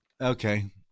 okay